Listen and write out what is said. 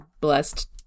blessed